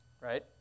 Right